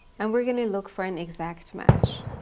and we're going to look for an exact match.